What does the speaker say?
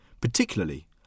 particularly